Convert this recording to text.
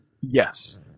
Yes